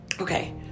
Okay